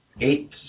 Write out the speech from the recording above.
eight